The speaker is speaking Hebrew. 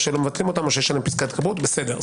או שלא מבטלים אותן או שיש עליהן פסקת התגברות - בסדר.